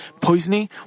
poisoning